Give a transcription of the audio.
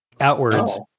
outwards